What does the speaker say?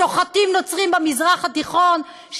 שוחטים נוצרים במזרח התיכון,